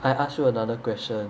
I ask you another question